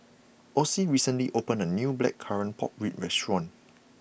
Ocie recently opened a new Blackcurrant Pork Ribs restaurant